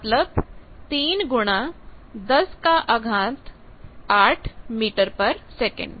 मतलब 3 108 मीटर पर सेकंड